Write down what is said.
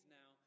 now